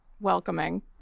welcoming